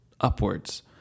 upwards